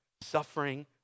suffering